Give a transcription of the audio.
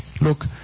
look